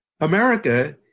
America